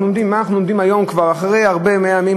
אנחנו עומדים היום כבר אחרי הרבה מעל 100 ימים,